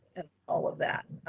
and all of that.